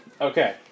Okay